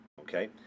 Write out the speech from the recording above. Okay